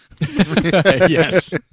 Yes